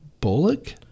Bullock